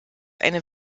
eine